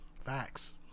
Facts